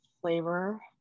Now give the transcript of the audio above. flavor